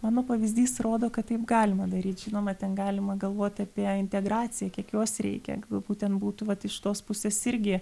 mano pavyzdys rodo kad taip galima daryt žinoma ten galima galvot apie integraciją kiek jos reikia galbūt ten būtų vat iš tos pusės irgi